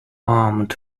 armed